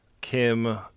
Kim